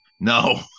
No